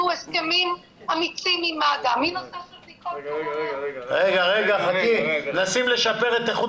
הסכמים אמיצים עם מד"א מנושא של בדיקות אני בסך הכל אומרת שהאחריות